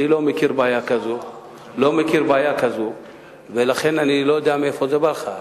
אני לא מכיר בעיה כזו ולכן אני לא יודע מאיפה זה בא לך.